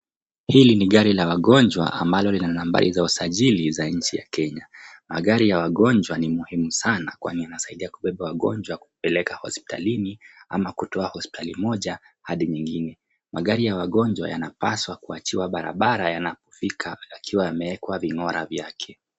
Hili ni gari la wagonjwa ambalo lina nambari ya usajili ya nchi ya kenya. Magari ya wagonjwa ni muhimu sana kwani inasaidia kubeba wagonjwa kupeleka hospitalini ama kutoa hospitali moja hadi nyingine. Magari ya wagonjwa yanapaswa kuachiwa barabara yapofika yakiwa yamewekwa vingora vyake.